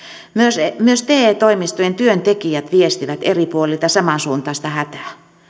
myös te toimistojen työntekijät viestivät eri puolilta samansuuntaista hätää